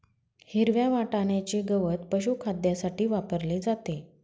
हिरव्या वाटण्याचे गवत पशुखाद्यासाठी वापरले जाते